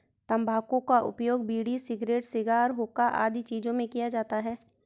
तंबाकू का उपयोग बीड़ी, सिगरेट, शिगार, हुक्का आदि चीजों में किया जाता है